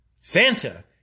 Santa